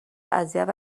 اذیت